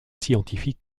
scientifiques